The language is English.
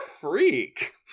freak